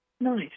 Nice